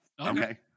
Okay